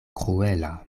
kruela